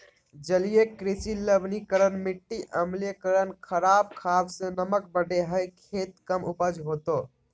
जलीय कृषि लवणीकरण मिटी अम्लीकरण खराब खाद से नमक बढ़े हइ खेत कम उपज होतो